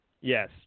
Yes